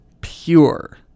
pure